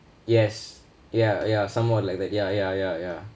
yes ya ya somewhat like that ya ya ya ya